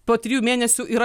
po trijų mėnesių yra